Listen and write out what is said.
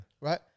right